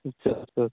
अच्छा अच्छा